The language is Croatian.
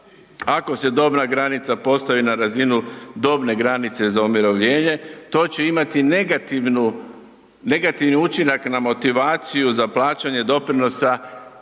ako se dobna granica postavi na razinu dobne granice za umirovljenje, to će imati negativni učinak na motivaciju za plaćanje doprinosa